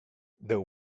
there